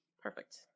Perfect